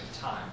time